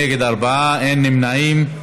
נגד, 4, אין נמנעים.